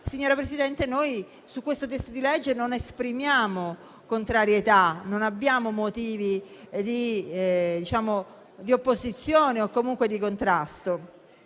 signora Presidente, noi su questo testo di legge non esprimiamo contrarietà, non abbiamo motivi di opposizione o comunque di contrasto.